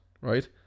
right